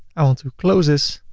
i want to close this.